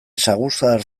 saguzar